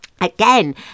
again